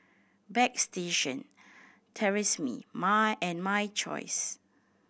Bagstationz Tresemme My and My Choice